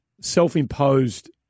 self-imposed